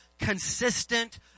consistent